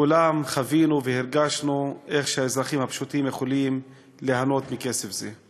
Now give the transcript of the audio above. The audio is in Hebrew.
כולם חווינו והרגשנו איך שהאזרחים הפשוטים יכולים ליהנות מכסף זה.